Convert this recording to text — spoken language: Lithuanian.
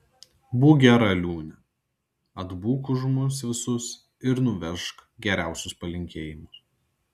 būk gera liūne atbūk už mus visus ir nuvežk geriausius palinkėjimus